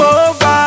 over